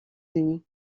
unis